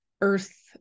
earth